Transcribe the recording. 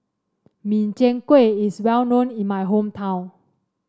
Min Chiang Kueh is well known in my hometown